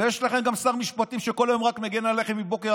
ויש לכם גם שר משפטים שכל היום רק מגן עליכם מבוקר